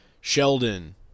Sheldon